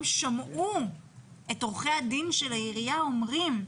שמעו את עורכי הדין של העירייה אומרים,